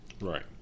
Right